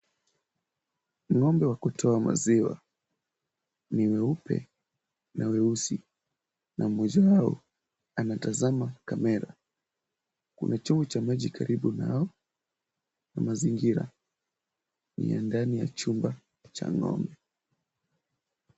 Ng'ombe wa kutoa maziwa ni weupe na weusi, na mmoja yao anatazama kamera. Kuna choo cha maji karibu nao na mazingira ni ya ndani ya chumba cha ng'ombe.